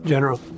General